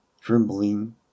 trembling